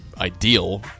ideal